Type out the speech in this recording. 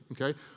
okay